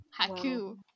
Haku